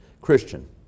Christian